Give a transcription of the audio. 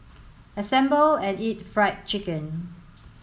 assemble and eat Fried Chicken